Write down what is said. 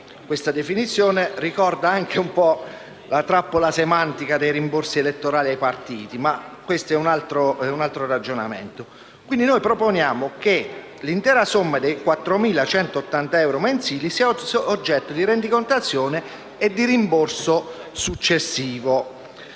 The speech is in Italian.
(questa definizione ricorda la trappola semantica dei rimborsi elettorali dei partiti, ma questo è un altro ragionamento)». Noi proponiamo che l'intera somma di 4.180 euro mensili sia oggetto di rendicontazione e di rimborso successivo.